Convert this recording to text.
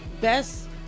best